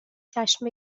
جشن